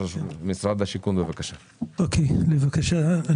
התשפ"ב-2022 (מ/1548),